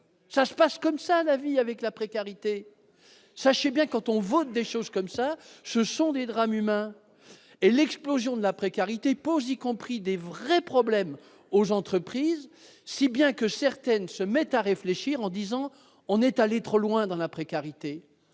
ça se passe comme ça la vie avec la précarité, sachez bien quand on voit des choses comme ça, ce sont des drames humains et l'explosion de la précarité pose, y compris des vrais problèmes aux entreprises, si bien que certaines se mettent à réfléchir en disant on est allé trop loin dans la précarité et